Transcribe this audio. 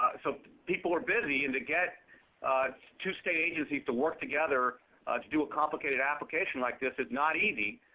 so people are busy. and to get two state agencies to work together to do a complicated application like this is not easy.